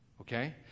Okay